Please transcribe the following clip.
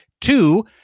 Two